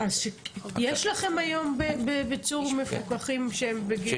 אז יש לכם היום בצור מפוקחים שהם בגיל זה?